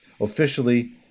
officially